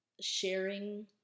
sharing